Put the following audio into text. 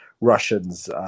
Russians